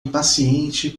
impaciente